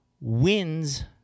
wins